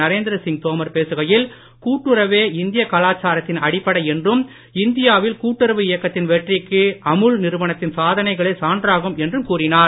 நரேந்திரசிங் தோமர் பேசுகையில் கூட்டுறவே இந்திய கலாச்சாரத்தின் அடிப்படை என்றும் இந்தியா வில் கூட்டுறவு இயக்கத்தின் வெற்றிக்கு அமுல் நிறுவனத்தின் சாதனைகளே சான்றாகும் என்றும் கூறினார்